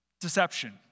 deception